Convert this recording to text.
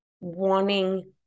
wanting